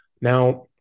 Now